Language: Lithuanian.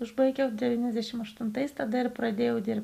aš baigiau devyniasdešimt aštuntais tada ir pradėjau dirbti